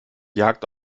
jagd